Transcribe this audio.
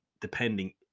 depending